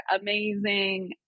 amazing